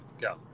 go